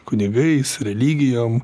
kunigais religijom